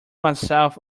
myself